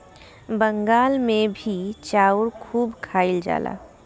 बंगाल मे भी चाउर खूब खाइल जाला